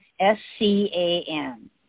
S-C-A-N